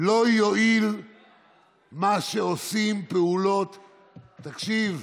לא יועיל מה שעושים פעולות, תקשיב,